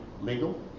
legal